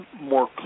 more